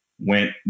went